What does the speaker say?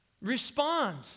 respond